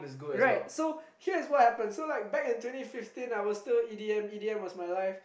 right so here is what happen so like back in twenty I was still E_D_M E_D_M was my life